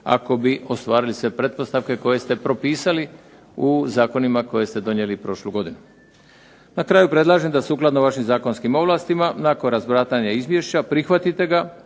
ako bi ostvarili sve pretpostavke koje ste propisali u zakonima koje ste donijeli prošlu godinu. Na kraju predlažem da sukladno vašim zakonskim ovlastima nakon razmatranja izvješća prihvatite ga